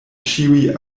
ĉiuj